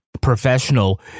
professional